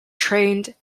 trained